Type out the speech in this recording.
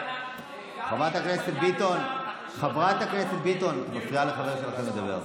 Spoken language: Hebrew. חברת הכנסת ביטון, את מפריעה לחבר שלכם לדבר.